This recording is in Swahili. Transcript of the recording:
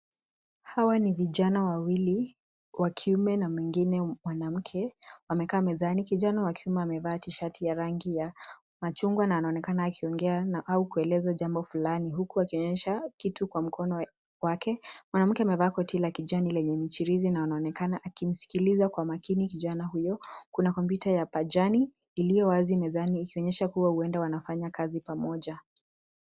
Hawa ni vijana wawili; wakiume na mwingine mwanamke wamekaa mezani. Kijana wa kiume amevaa T-shati ya rangi ya machungwa na anaonekana akiongea au kueleza jambo fulani huku akionyesha kitu kwa mkono wake. Mwanamke amevaa koti la kijani lenye michirizi na anaonekana akimsikiliza kwa makini kijana huyo. Kuna kompyuta ya pajani iliyo wazi mezani ikionyesha kua huenda wanafanya kazi pamoja.